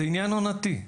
זה עניין עונתי.